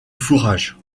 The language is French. fourrage